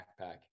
backpack